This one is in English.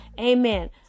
amen